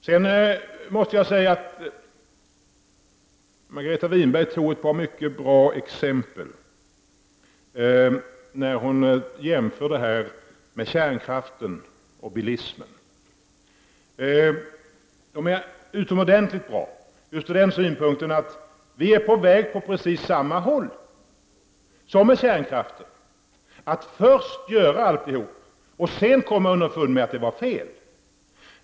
Jag måste säga att Margareta Winberg tog ett par mycket bra exempel när hon jämförde med kärnkraften och bilismen. De exemplen är utomordentligt bra just ur den synpunkten att vi är på väg åt precis samma håll som med kärnkraften, att först göra alltihop och sedan komma underfund med att det var fel.